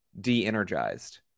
de-energized